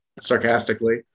sarcastically